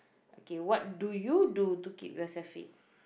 okay what do you do to keep yourself fit